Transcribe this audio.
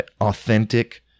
authentic